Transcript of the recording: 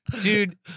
dude